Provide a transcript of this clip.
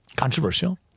controversial